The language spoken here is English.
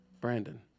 Brandon